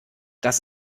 das